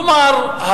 כלומר,